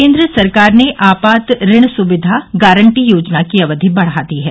केन्द्र सरकार ने आपात ऋण सुविधा गारंटी योजना की अवधि बढ़ा दी है